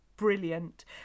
brilliant